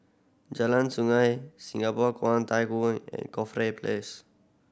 Jalan Sungei Singapore Kwangtung Hui and Corfe Place